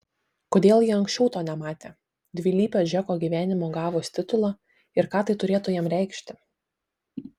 kodėl ji anksčiau to nematė dvilypio džeko gyvenimo gavus titulą ir ką tai turėtų jam reikšti